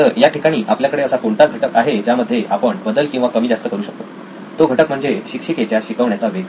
तर या ठिकाणी आपल्याकडे असा कोणता घटक आहे ज्यामध्ये आपण बदल किंवा कमी जास्त करू शकतो तो घटक म्हणजे शिक्षिकेचा शिकवण्याचा वेग